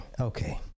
Okay